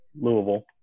Louisville